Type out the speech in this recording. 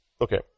Okay